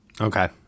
okay